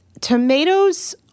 tomatoes